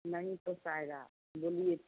नहीं पोसाएगा बोलिए